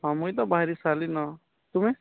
ହଁ ମୁଇଁ ତ ବାହାରି ସାରିଲିନ୍ ତୁମେ